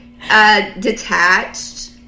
Detached